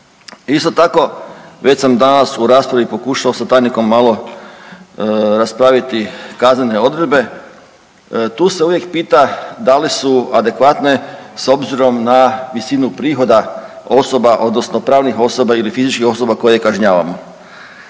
Isto tako već sam danas u raspravi pokušao sa tajnikom malo raspraviti kaznene odredbe. Tu se uvijek pita da li se adekvatne s obzirom na visinu prihoda osoba odnosno pravnih osoba ili fizičkih osoba koje kažnjavamo.